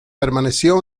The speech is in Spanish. permaneció